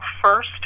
first